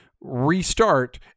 restart